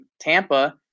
Tampa